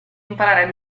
imparare